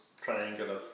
triangular